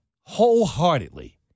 wholeheartedly